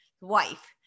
wife